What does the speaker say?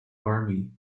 army